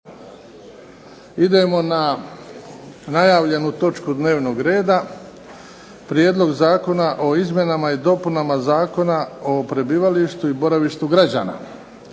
Idemo na najavljenu točku dnevnog reda - Prijedlog zakona o izmjenama i dopunama Zakona o prebivalištu i boravištu građana,